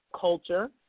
culture